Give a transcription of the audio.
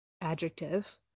adjective